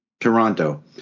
Toronto